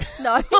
No